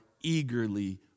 eagerly